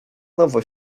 nowo